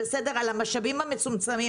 על המשאבים המצומצמים,